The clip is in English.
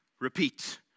repeat